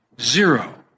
zero